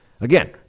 Again